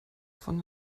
von